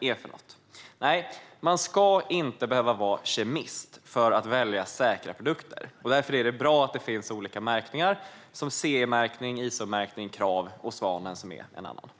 är för något? Nej, man ska inte behöva vara kemist för att kunna välja säkra produkter. Därför är det bra att det finns olika märkningar, som CE-märkning, Isomärkning, Krav och Svanen. Fru talman!